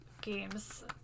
games